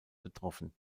betroffen